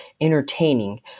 entertaining